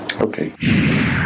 Okay